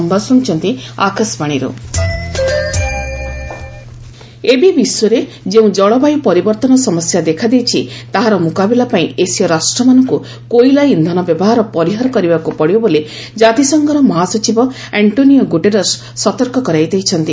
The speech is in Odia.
ୟୁଏନ୍ କ୍ଲାଇମେଟ୍ ଚେଞ୍ ଏବେ ବିଶ୍ୱରେ ଯେଉଁ ଜଳବାୟୁ ପରିବର୍ତ୍ତନ ସମସ୍ୟା ଦେଖାଦେଇଛି ତାହାର ମୁକାବିଲା ପାଇଁ ଏସୀୟ ରାଷ୍ଟ୍ରମାନଙ୍କୁ କୋଇଲା ଇନ୍ଧନ ବ୍ୟବହାର ପରିହାର କରିବାକୁ ପଡ଼ିବ ବୋଲି ଜାତିସଂଘର ମହାସଚିବ ଆଙ୍କୋନିଓ ଗୁଟେରସ୍ ସତର୍କ କରାଇ ଦେଇଛନ୍ତି